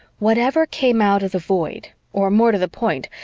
whatever came out of the void, or, more to the point,